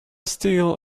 steal